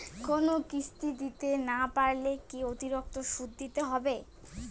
কোনো কিস্তি দিতে না পারলে কি অতিরিক্ত সুদ দিতে হবে?